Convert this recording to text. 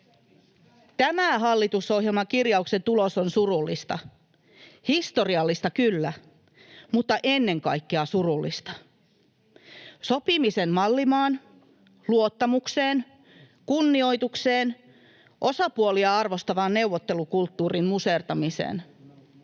Tämä hallitusohjelman kirjauksen tulos on surullista — historiallista kyllä, mutta ennen kaikkea surullista. Sopimisen mallimaan luottamukseen, kunnioitukseen, osapuolia arvostavan neuvottelukulttuurin musertamiseen